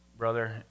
Brother